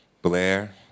Blair